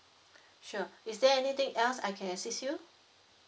sure is there anything else I can assist you